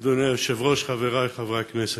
אדוני היושב-ראש, חברי חברי הכנסת,